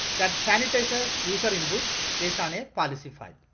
that sanitizes user input based on a policy file.